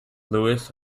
lois